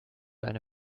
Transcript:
eine